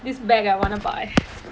this bag I wanna buy